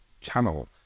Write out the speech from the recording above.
channel